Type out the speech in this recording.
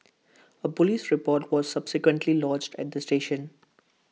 A Police report was subsequently lodged at the station